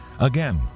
Again